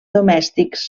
domèstics